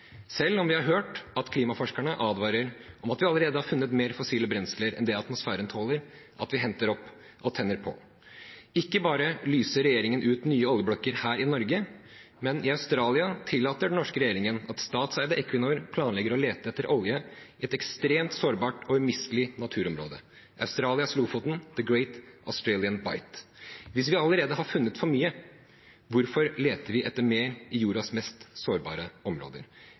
selv om vi har hørt at klimaforskerne advarer om at vi allerede har funnet mer fossile brensler enn det atmosfæren tåler at vi henter opp og tenner på. Ikke bare lyser regjeringen ut nye oljeblokker her i Norge, den norske regjeringen tillater at statseide Equinor planlegger å lete etter olje i et ekstremt sårbart og umistelig naturområde i Australia – Australias Lofoten, The Great Australian Bight. Hvis vi allerede har funnet for mye, hvorfor leter vi etter mer i jordens mest sårbare områder?